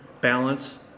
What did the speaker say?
balance